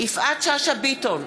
יפעת שאשא ביטון,